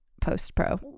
post-pro